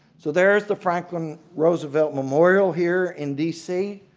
so there's the franklin roosevelt memorial here in dc.